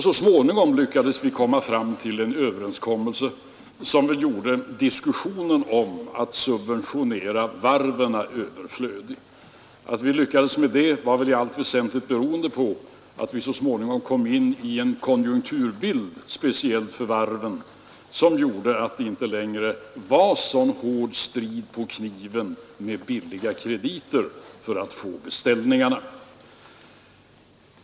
Så småningom lyckades vi komma fram till en överenskommelse som gjorde diskussionen om att subventionera varven överflödig. Att vi lyckas med det var väl i allt väsentligt beroende på att vi så småningom fick en konjunkturbild för varven som gjorde att det inte längre var samma hårda strid på kniven med billiga krediter för att få beställningarna.